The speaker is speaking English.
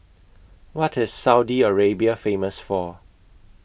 What IS Saudi Arabia Famous For